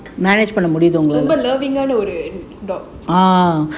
ரொம்ப:romba loving ஒரு:oru dog